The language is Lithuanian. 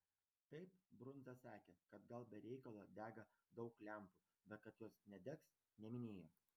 taip brundza sakė kad gal be reikalo dega daug lempų bet kad jos nedegs neminėjo